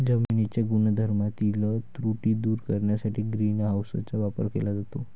जमिनीच्या गुणधर्मातील त्रुटी दूर करण्यासाठी ग्रीन हाऊसचा वापर केला जातो